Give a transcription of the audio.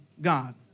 God